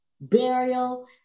burial